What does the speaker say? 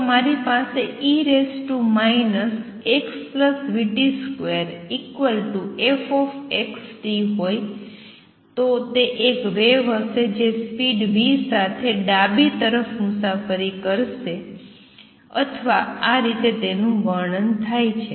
જો મારી પાસે e xvt2 fxt હોય તો તે એક વેવ હશે જે સ્પીડ v સાથે ડાબી તરફ મુસાફરી કરશે અથવા આ રીતે તેનું વર્ણન થાય છે